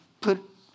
put